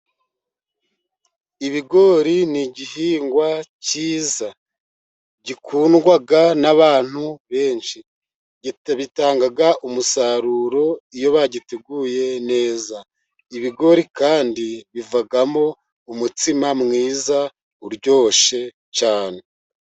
Ibigori ni igihingwa cyiza gikundwa n'abantu benshi ,bitanga umusaruro iyo bagiteguye neza, ibigori kandi bivamo umutsima mwiza uryoshye cyane.